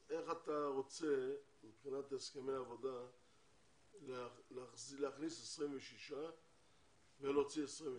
אז איך אתה רוצה מבחינת הסכמי עבודה להכניס 26 ולהוציא 28?